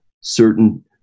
certain